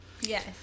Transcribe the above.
Yes